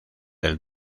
del